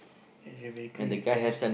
as you may clear it's that